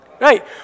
Right